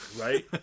Right